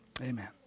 Amen